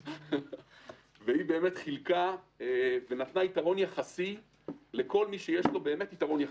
היא חילקה ונתנה יתרון יחסי לכל מי שיש לו יתרון יחסי.